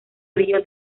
río